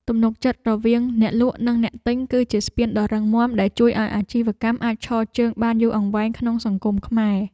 ទំនុកចិត្តរវាងអ្នកលក់និងអ្នកទិញ គឺជាស្ពានដ៏រឹងមាំដែលជួយឱ្យអាជីវកម្មអាចឈរជើងបានយូរអង្វែងក្នុងសង្គមខ្មែរ។